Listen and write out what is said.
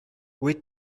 wait